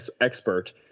expert